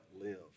live